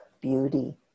beauty